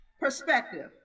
perspective